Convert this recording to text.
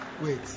Wait